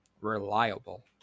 reliable